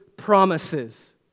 promises